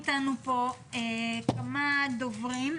נמצאים אתנו פה כמה דוברים.